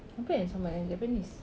apa yang sambal and japanese